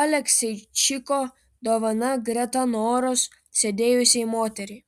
alekseičiko dovana greta noros sėdėjusiai moteriai